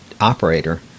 operator